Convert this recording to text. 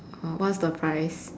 uh what's the price